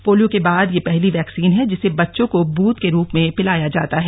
polio के बाद यह पहली वैक्सीन है जिसे बच्चों को बूंद के रूप में पिलाया जाता है